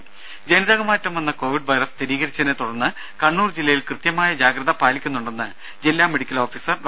ദ്ദേ ജനിതക മാറ്റം വന്ന കോവിഡ് വൈറസ് സ്ഥിരീകരിച്ചതിനെ തുടർന്ന് കണ്ണൂർ ജില്ലയിൽ കൃത്യമായ ജാഗ്രത പാലിക്കുന്നുണ്ടെന്ന് ജില്ലാ മെഡിക്കൽ ഓഫീസർ ഡോ